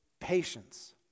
patience